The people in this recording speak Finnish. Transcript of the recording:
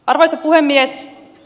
arvoisa puhemies